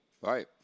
right